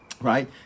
right